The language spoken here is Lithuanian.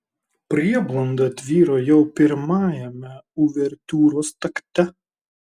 prieblanda tvyro jau pirmajame uvertiūros takte